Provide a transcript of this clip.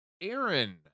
Aaron